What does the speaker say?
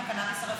את הקנביס הרפואי.